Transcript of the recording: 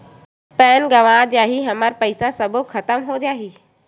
Pan गंवा जाही हमर पईसा सबो खतम हो जाही?